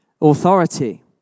authority